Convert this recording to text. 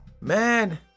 man